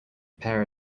pair